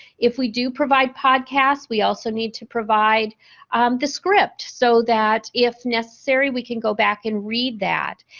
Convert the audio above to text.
if we do provide podcasts we also need to provide the script so that if necessary we can go back and read that.